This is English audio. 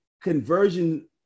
conversion